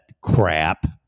crap